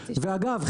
אגב,